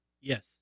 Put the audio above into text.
yes